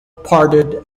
parted